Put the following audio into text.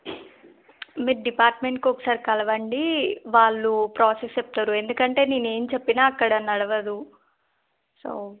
మీరు డిపార్ట్మెంట్కి ఒకసారి కలవండి వాళ్ళు ప్రాసెస్ చెప్తారు ఎందుకంటే నేను ఏమి చెప్పిన అక్కడ నడవదు సో